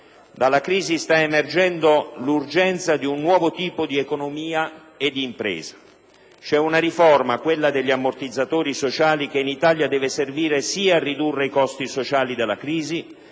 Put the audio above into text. dalla crisi sta emergendo l'urgenza di un nuovo tipo di economia e di impresa. C'è una riforma, quella degli ammortizzatori sociali, che in Italia deve servire sia a ridurre i costi sociali della crisi